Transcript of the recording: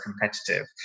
competitive